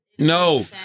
No